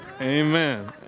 Amen